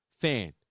fan